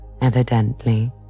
evidently